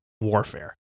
warfare